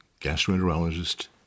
gastroenterologist